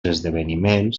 esdeveniments